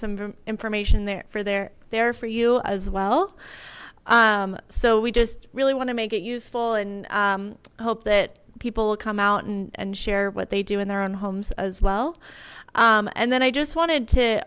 some information therefore they're there for you as well so we just really want to make it useful and hope that people will come out and share what they do in their own homes as well and then i just wanted to